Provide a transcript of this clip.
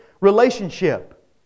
relationship